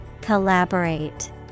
Collaborate